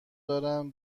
دارم